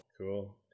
cool